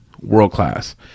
world-class